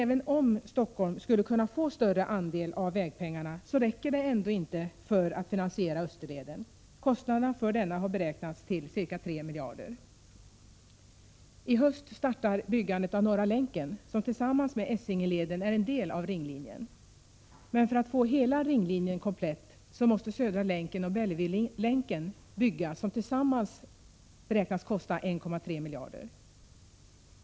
Även om Stockholm skulle kunna få större andel av vägpengarna, räcker det ändå inte för att finansiera Österleden. Kostnaderna för denna har beräknats till ca 3 miljarder. IT höst startar byggandet av Norra Länken, som tillsammans med Essingeleden är en del av ringlinjen. Men för att få hela ringlinjen komplett måste Södra Länken och Bellevuelänken byggas, vilka tillsammans beräknas kosta 1,3 miljarder.